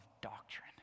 doctrine